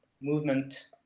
movement